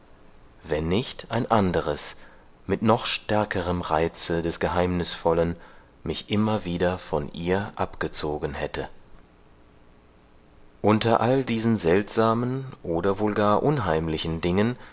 wenn nicht ein anderes mit noch stärkerem reize des geheimnisvollen mich immer wieder von ihr abgezogen hätte unter all diesen seltsamen oder wohl gar unheimlichen dingen